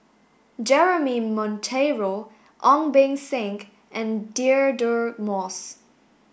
Jeremy Monteiro Ong Beng Seng and Deirdre Moss